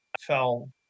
fell